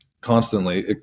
constantly